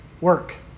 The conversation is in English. work